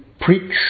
preach